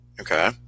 Okay